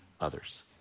others